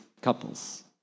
couples